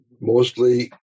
mostly